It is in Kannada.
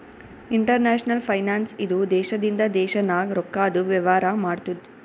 ಇಂಟರ್ನ್ಯಾಷನಲ್ ಫೈನಾನ್ಸ್ ಇದು ದೇಶದಿಂದ ದೇಶ ನಾಗ್ ರೊಕ್ಕಾದು ವೇವಾರ ಮಾಡ್ತುದ್